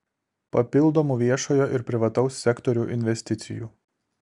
papildomų viešojo ir privataus sektorių investicijų